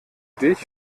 dich